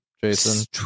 Jason